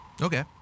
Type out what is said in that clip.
Okay